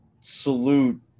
salute